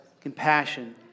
compassion